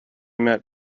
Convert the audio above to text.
met